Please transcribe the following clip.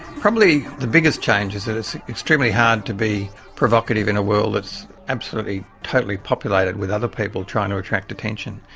probably the biggest change is that it's extremely hard to be provocative in a world that's absolutely totally populated with other people trying to attract attention.